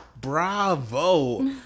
bravo